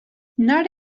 not